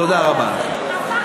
תודה רבה לכם.